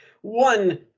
one